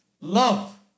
love